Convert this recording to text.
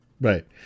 right